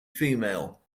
female